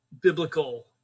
biblical